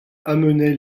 amenait